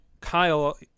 kyle